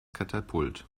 katapult